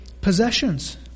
possessions